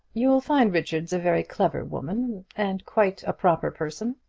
you'll find richards a very clever woman, and quite a proper person.